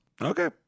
Okay